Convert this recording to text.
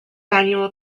annual